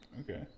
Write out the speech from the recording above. Okay